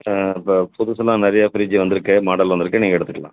ஆ இப்போ புதுசுலாம் நிறைய ஃப்ரிட்ஜு வந்திருக்கு மாடல் வந்திருக்கு நீங்கள் எடுத்துக்கலாம்